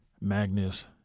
Magnus